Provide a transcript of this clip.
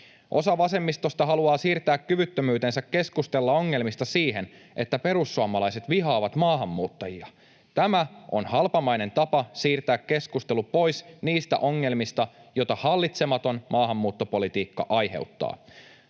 Osa vasemmistosta haluaa siirtää kyvyttömyytensä keskustella ongelmista siihen, että perussuomalaiset vihaavat maahanmuuttajia. Tämä on halpamainen tapa siirtää keskustelu pois niistä ongelmista, joita hallitsematon maahanmuuttopolitiikka aiheuttaa.